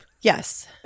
Yes